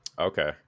Okay